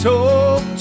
Talk